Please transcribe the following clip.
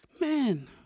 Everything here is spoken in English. Man